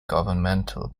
governmental